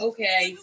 Okay